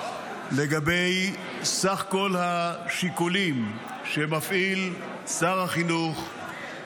לגבי סך השיקולים שמפעיל שר החינוך,